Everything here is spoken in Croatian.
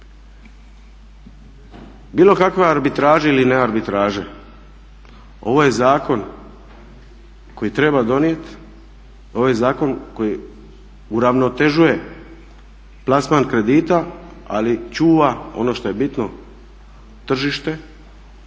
Bilo kakve arbitraže ili ne arbitraže ovo je zakon koji treba donijeti, ovo je zakon koji uravnotežuje plasman kredita ali čuva ono što je bitno tržište,